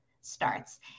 starts